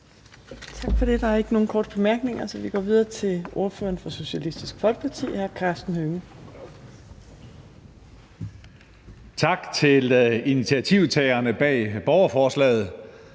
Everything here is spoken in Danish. Tak for det. Der er ikke nogen korte bemærkninger, så vi går videre til ordføreren for Socialistisk Folkeparti, hr. Karsten Hønge. Kl. 17:17 (Ordfører) Karsten